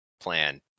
plan